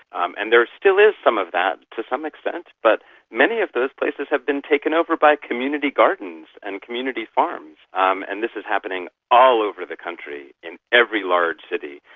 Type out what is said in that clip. um and there still is some of that to some extent, but many of those places have been taken over by community gardens and community farms, um and this is happening all over the country in every large city,